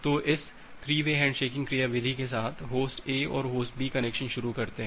तो इस three way handshaking क्रियाविधि के साथ होस्ट A और होस्ट B कनेक्शन शुरू करते हैं